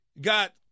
got